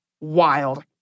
wild